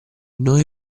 noi